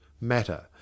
matter